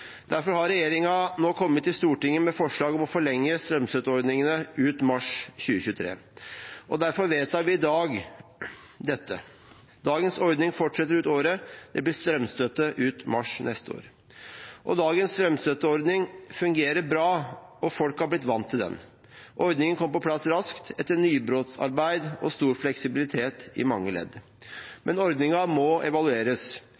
Derfor har regjeringen nå kommet til Stortinget med forslag om å forlenge strømstøtteordningene ut mars 2023. Og derfor vedtar vi det i dag. Dagens ordning fortsetter ut året. Det blir strømstøtte ut mars neste år. Dagens strømstøtteordning fungerer bra, og folk har blitt vant til den. Ordningen kom på plass raskt, etter nybrottsarbeid og stor fleksibilitet i mange ledd. Men ordningen må evalueres.